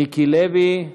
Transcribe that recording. מיקי לוי,